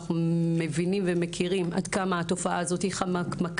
שאנחנו מבינים ומכירים עד כמה התופעה הזאת היא חמקמקה,